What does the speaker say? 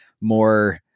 more